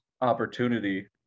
opportunity